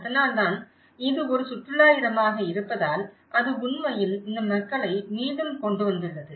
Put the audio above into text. அதனால்தான் இது ஒரு சுற்றுலா இடமாக இருப்பதால் அது உண்மையில் இந்த மக்களை மீண்டும் கொண்டு வந்துள்ளது